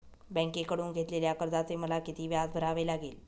बँकेकडून घेतलेल्या कर्जाचे मला किती व्याज भरावे लागेल?